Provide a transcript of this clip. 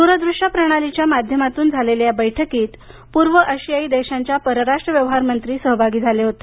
दूर दृश्य प्रणालीच्या माध्यमातून झालेल्या या बैठकीत पूर्व आशियाई देशांच्या परराष्ट्र व्यवहारमंत्री सहभागी झाले होते